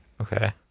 Okay